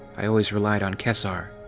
i always relied on kesar.